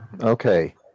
Okay